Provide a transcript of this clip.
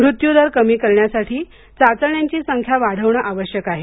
मृत्यूदर कमी करण्यासाठी चाचण्यांची संख्या वाढवणं आवश्यक आहे